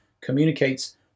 communicates